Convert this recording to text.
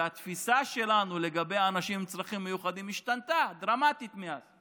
והתפיסה שלנו לגבי אנשים עם צרכים מיוחדים השתנתה דרמטית מאז.